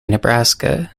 nebraska